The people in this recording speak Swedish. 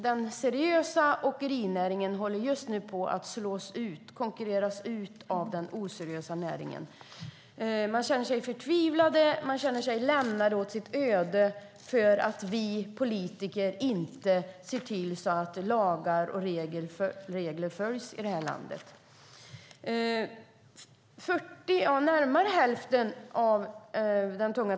Den seriösa åkerinäringen håller på att konkurreras ut av den oseriösa näringen. Den känner sig förtvivlad och lämnad åt sitt öde för att vi politiker inte ser till att lagar och regler följs här i landet.